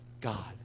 God